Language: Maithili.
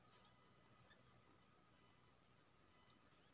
केतारी या ईख केना मास में रोपय से नीक उपजय छै?